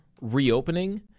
reopening